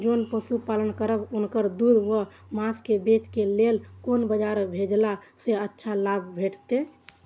जोन पशु पालन करब उनकर दूध व माँस के बेचे के लेल कोन बाजार भेजला सँ अच्छा लाभ भेटैत?